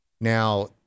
Now